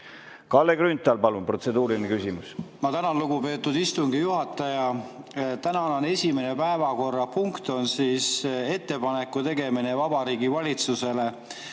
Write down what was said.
Kalle Grünthal, palun, protseduuriline küsimus! Ma tänan, lugupeetud istungi juhataja! Tänane esimene päevakorrapunkt on ettepaneku tegemine Vabariigi Valitsusele